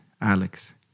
Alex